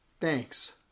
Thanks